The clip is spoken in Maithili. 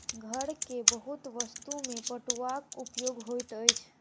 घर के बहुत वस्तु में पटुआक उपयोग होइत अछि